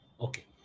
Okay